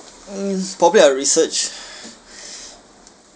mm probably I'll research